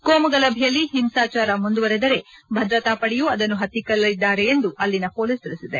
ಕೋಮುಗಲಭೆಯಲ್ಲಿ ಹಿಂಸಾಚಾರ ಮುಂದುವರೆದರೆ ಭದ್ರತಾಪಡೆಯು ಅದನ್ನು ಹತ್ತಿಕ್ಕಲಿದ್ದಾರೆ ಎಂದು ಅಲ್ಲಿನ ಪೊಲೀಸ್ ತಿಳಿಸಿದೆ